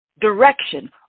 direction